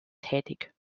tätig